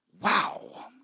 Wow